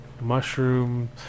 mushroom